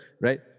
right